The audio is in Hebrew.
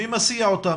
מי מסיע אותם,